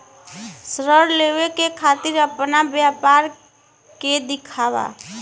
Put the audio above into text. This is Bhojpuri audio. ऋण लेवे के खातिर अपना व्यापार के दिखावा?